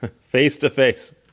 face-to-face